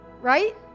right